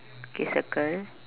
okay circle